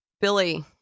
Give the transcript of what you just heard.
Billy